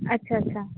अच्छा अच्छा